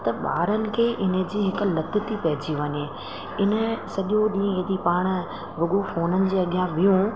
त ॿारन खे इन जी हिक लत ती पइजी वञे इन सॼो ॾींहुं यदि पाण रुगो फोनुनि जे अॻियां वेहूं